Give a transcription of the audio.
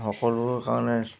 সকলোৰ কাৰণে